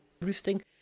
roosting